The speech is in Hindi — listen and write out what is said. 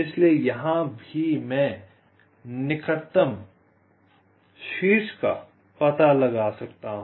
इसलिए यहां भी मैं निकटतम शीर्ष का पता लगा सकता हूं